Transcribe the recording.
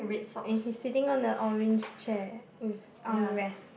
and he's sitting down on a orange chair with armrest